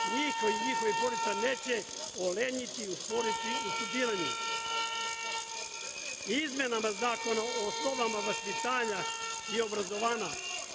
kao i njihovih porodica neće olenjiti i usporiti im studiranje. Izmenama Zakona o osnovama vaspitanja i obrazovanja